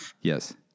Yes